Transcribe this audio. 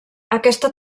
aquesta